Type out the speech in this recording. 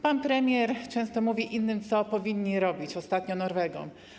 Pan premier często mówi innym, co powinni robić, ostatnio Norwegom.